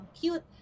cute